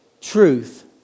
Truth